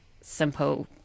simple